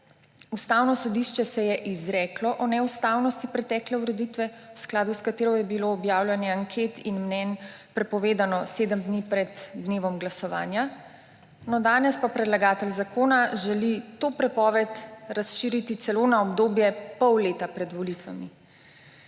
Ustavno sodišče se je izreklo o neustavnosti pretekle ureditve, v skladu s katero je bilo objavljanje anket in mnenj prepovedano sedem dni pred dnevom glasovanja, no, danes pa predlagatelj zakona želi to prepoved razširiti celo na obdobje pol leta pred volitvami.